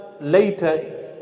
later